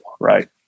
right